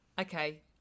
Okay